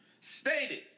stated